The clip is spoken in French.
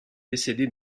décédé